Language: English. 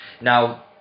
now